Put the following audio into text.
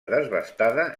desbastada